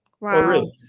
Wow